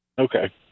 Okay